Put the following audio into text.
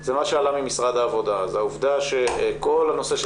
זה מה שעלה ממשרד העבודה זה העובדה שכל הנושא של